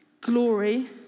glory